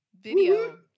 video